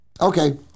Okay